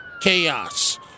chaos